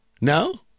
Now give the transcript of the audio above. No